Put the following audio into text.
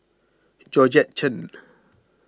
Georgette Chen